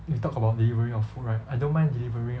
you talk about delivering of food right I don't mind delivering